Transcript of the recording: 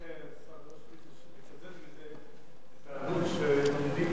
צריך גם לקזז מזה את העלות שלומדים